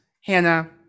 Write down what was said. Hannah